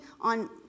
on